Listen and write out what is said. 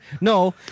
No